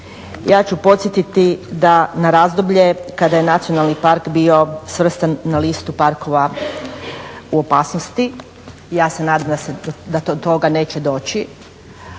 Ja ću podsjetiti na razdoblje kada je nacionalni park bio svrstan na listu parkova u opasnosti. Ja se nadam da do toga neće doći,